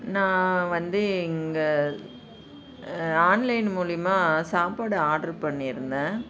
நான் வந்து இங்கே ஆன்லைன் மூலயமா சாப்பாடு ஆர்ட்ரு பண்ணி இருந்தேன்